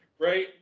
right